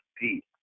deep